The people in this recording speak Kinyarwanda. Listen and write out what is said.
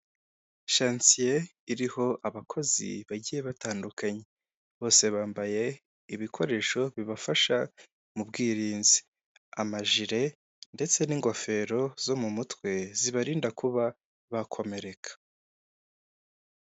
Shansiye iriho abakozi bagiye batandukanye, bose bambaye ibikoresho bibafasha mu bwirinzi, amajire ndetse n'ingofero zo mu mutwe zibarinda kuba bakomereka.